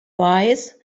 wise